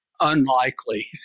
unlikely